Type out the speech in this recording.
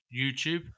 YouTube